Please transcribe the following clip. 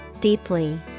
deeply